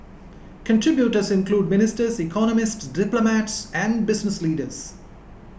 contributors include ministers economists diplomats and business leaders